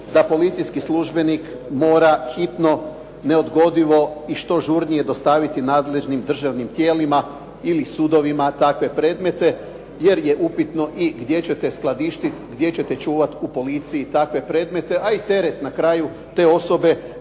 da policijski službenik mora hitno, neodgodivo i što žurnije dostaviti nadležnim državnim tijelima ili sudovima takve predmete jer je upitno i gdje ćete skladištiti, gdje ćete čuvati u policiji takve predmete, a i teret na kraju te osobe